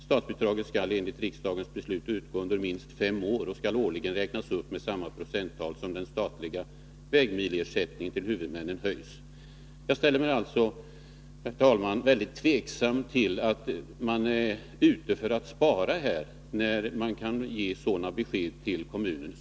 Statsbidraget skall enligt riksdagens beslut utgå under minst fem år och skall årligen räknas upp med samma procenttal som den statliga vägmilersättningen till huvudmännen höjs.” Herr talman! Jag ställer mig väldigt tveksam till att man här är ute efter att spara mot bakgrund av det besked man givit länshuvudmännen.